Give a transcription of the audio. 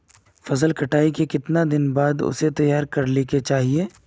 फसल कटाई के कीतना दिन बाद उसे तैयार कर ली के चाहिए?